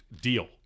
Deal